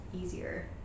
easier